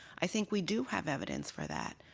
i think we do have evidence for that.